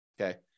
okay